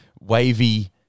wavy